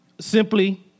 simply